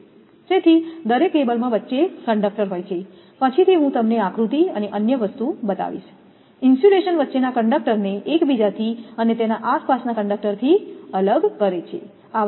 તેથી દરેક કેબલમાં વચ્ચે કંડક્ટર હોય છે પછીથી હું તમને આકૃતિ અને અન્ય વસ્તુ બતાવીશ ઇન્સ્યુલેશન વચ્ચે ના કંડક્ટર ને એકબીજા થી અને તેના આસપાસના કંડક્ટરથી અલગ કરે છે આ વસ્તુ છે